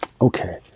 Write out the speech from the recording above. Okay